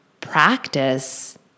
practice